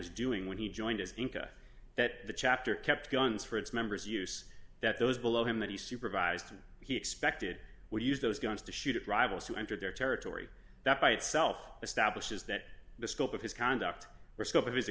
was doing when he joined us into that the chapter kept guns for its members use that those below him that he supervised he expected would use those guns to shoot at rivals who entered their territory that by itself establishes that the scope of his conduct or scope of his